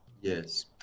Yes